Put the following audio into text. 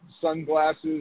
sunglasses